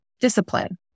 discipline